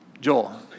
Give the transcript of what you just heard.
Joel